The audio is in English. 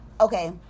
okay